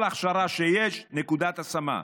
כל הכשרה שיש, נקודת השמה.